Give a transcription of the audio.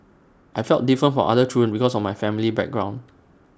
I felt different from other children because of my family background